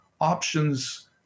options